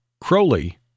Crowley